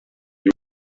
you